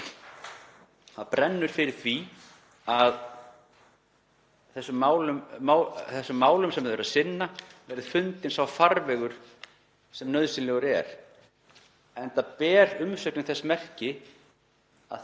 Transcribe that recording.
Það brennur fyrir því að þessum málum sem þau eru að sinna verði fundinn sá farvegur sem nauðsynlegur er, enda ber umsögnin þess merki að